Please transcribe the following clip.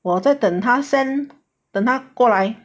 我在等他 send 等他过来